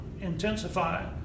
intensify